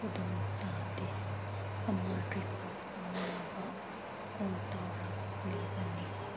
ꯈꯨꯗꯣꯡ ꯆꯥꯗꯦ ꯑꯃ ꯔꯤꯄꯣꯔꯠ ꯇꯧꯅꯕ ꯀꯣꯜ ꯇꯧꯔꯛꯂꯤꯕꯅꯤ